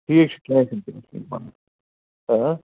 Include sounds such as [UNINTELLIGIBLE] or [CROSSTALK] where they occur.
ٹھیٖک چھُ کیٚنٛہہ چھُنہٕ کیٚنٛہہ چھُنہٕ [UNINTELLIGIBLE] آ